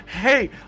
hey